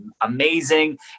amazing